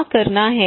क्या करना है